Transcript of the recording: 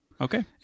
Okay